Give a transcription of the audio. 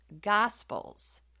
gospels